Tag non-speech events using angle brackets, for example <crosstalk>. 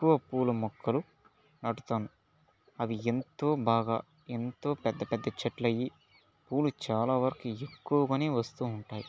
ఎక్కువ పూల మొక్కలు నాటుతాను అవి ఎంతో బాగా ఎంతో పెద్ద పెద్ద చెట్లు అయి పూలు చాలా వరకు <unintelligible> ఎక్కువ పని వస్తూ ఉంటాయి